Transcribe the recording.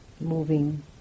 moving